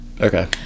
Okay